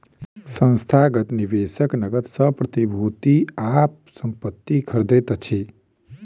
संस्थागत निवेशक नकद सॅ प्रतिभूति आ संपत्ति खरीदैत अछि